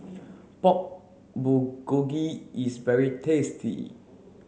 Pork Bulgogi is very tasty